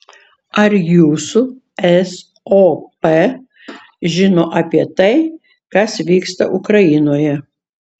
ar jūsų sop žino apie tai kas vyksta ukrainoje